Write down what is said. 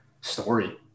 story